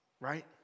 right